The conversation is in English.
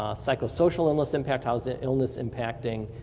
ah psychosocial illness impact, how is the illness impacting